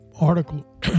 article